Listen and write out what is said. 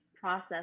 process